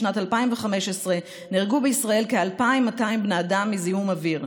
בשנת 2015 נהרגו בישראל כ-2,200 בני אדם מזיהום אוויר,